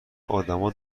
ادما